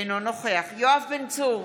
אינו נוכח יואב בן צור,